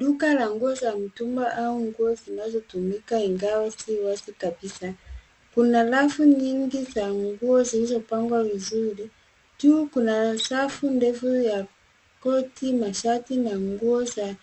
Duka la nguo za mitumba au nguo zinazotumika ingawa si wazi kabisa. Kuna rafu nyingi za nguo zilizopangwa vizuri. Juu kuna safu ndefu ya koti, mashati na nguo za